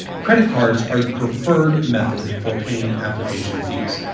credit cards are the preferred method for paying application fees.